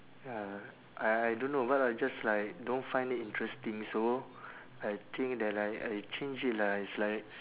ya I I don't know but I just like don't find it interesting so I think that like I change it lah it's like